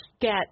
get